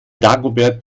dagobert